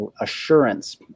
assurance